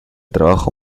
trabajo